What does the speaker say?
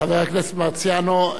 חבר הכנסת מרציאנו,